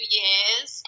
years